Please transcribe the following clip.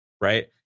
right